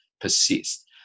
persist